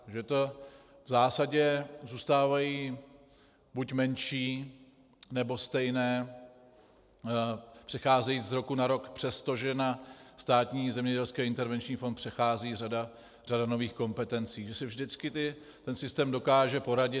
Že v zásadě zůstávají buď menší, nebo stejné, přecházejí z roku na rok, přestože na Státní zemědělský intervenční fond přechází řada nových kompetencí, že si vždycky ten systém dokáže poradit.